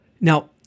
now